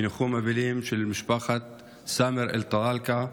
מניחום אבלים של משפחת סאמר אל-טלאלקה,